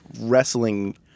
wrestling